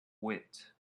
wit